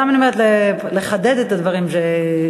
לא, סתם אני אומרת, לחדד את הדברים שנאמרו.